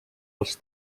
els